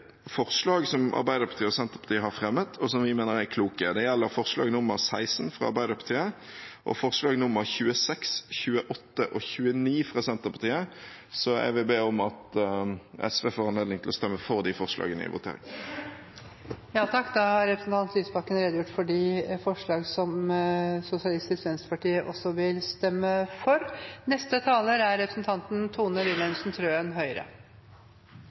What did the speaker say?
forslag som Arbeiderpartiet og Senterpartiet har fremmet, og som vi mener er kloke. Det gjelder forslag nr. 16 fra Arbeiderpartiet og forslag nr. 26, nr. 28 og nr. 29 fra Senterpartiet. Jeg vil be om at SV får anledning til å stemme for de forslagene i voteringen. Da har representanten Audun Lysbakken redegjort for de forslagene som Sosialistisk Venstreparti også vil stemme for. Rus og psykisk helse har fått fortjenstfull stor plass i debatten i dag, og det er